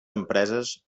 empreses